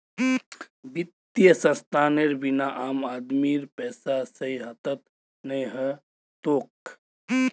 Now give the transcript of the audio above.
वित्तीय संस्थानेर बिना आम आदमीर पैसा सही हाथत नइ ह तोक